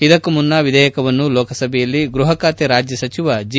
ಇದಕ್ಕೂ ಮುನ್ನ ವಿಧೇಯಕವನ್ನು ಲೋಕಸಭೆಯಲ್ಲಿ ಗೃಹ ಖಾತೆ ರಾಜ್ಯ ಸಚಿವ ಜಿ